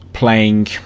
Playing